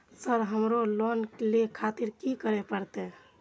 Sir हमरो loan ले खातिर की करें परतें?